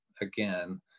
again